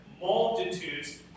multitudes